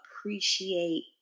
appreciate